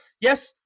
yes